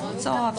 שהועלתה.